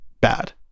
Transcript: bad